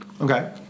okay